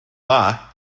dda